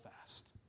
fast